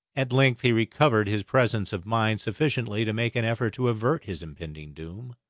at length he recovered his presence of mind sufficiently to make an effort to avert his impending doom.